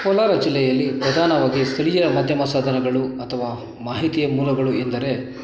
ಕೋಲಾರ ಜಿಲ್ಲೆಯಲ್ಲಿ ಪ್ರಧಾನವಾಗಿ ಸ್ಥಳೀಯ ಮಾಧ್ಯಮ ಸಾಧನಗಳು ಅಥವಾ ಮಾಹಿತಿಯ ಮೂಲಗಳು ಎಂದರೆ